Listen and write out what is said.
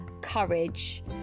courage